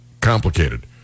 complicated